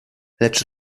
lecz